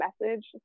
message